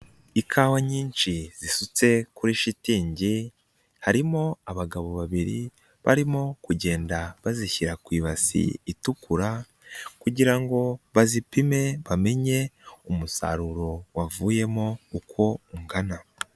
Ikawa nyinshi zisutse kuri shitingi, harimo abagabo babiri barimo kugenda bazishyira ku i ibasi itukura kugirango bazipime bamenye umusaruro wavuyemo uko ungana.